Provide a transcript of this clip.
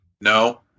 No